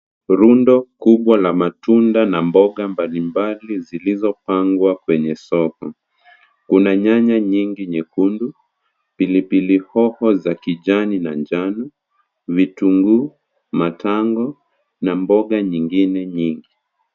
Rundo kubwa la matunda na mboga mbalimbali zilizopangwa kwenye soko. Kuna nyanya nyingi nyekundu, pilipili hoho za kijani na njano, vitunguu, matango na mboga nyingine nyingi.